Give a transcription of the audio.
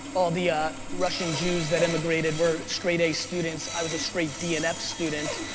all the ah russian jews that emigrated were straight a students. i was a straight d and f student.